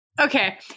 okay